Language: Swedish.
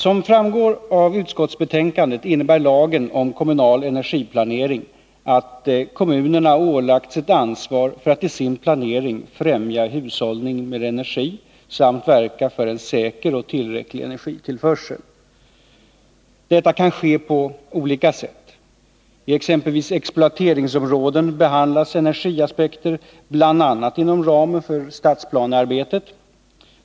Som framgår av utskottsbetänkandet innebär lagen om kommunal energiplanering att kommunerna ålagts ett ansvar för att i sin planering främja hushållningen med energi samt verka för en säker och tillräcklig energitillförsel. Detta kan ske på olika sätt. I exempelvis exploateringsområden behandlas energiaspekter bl.a. inom ramen för stadsplanearbetet.